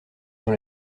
dans